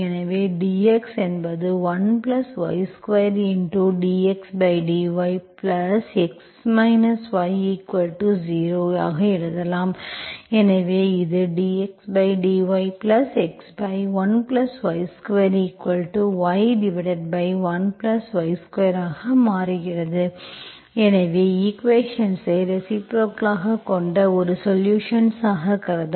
எனவே dx என்பது 1 y2dxdyx y 0ஆக எழுதலாம் எனவே இது dxdyx1 y2y 1y2 ஆக மாறுகிறது எனவே ஈக்குவேஷன்ஸ்ஐ ரெசிப்ரோக்கலாகக் கொண்ட ஒரு சொலுஷன்ஸ் ஆக கருத